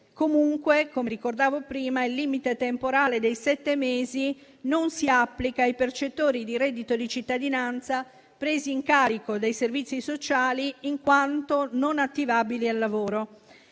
Comunque - come ricordavo prima - il limite temporale dei sette mesi non si applica ai percettori di reddito di cittadinanza presi in carico dai servizi sociali, in quanto non attivabili al lavoro.